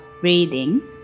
breathing